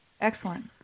Excellent